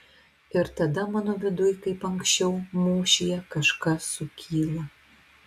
ir tada mano viduj kaip anksčiau mūšyje kažkas sukyla